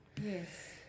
Yes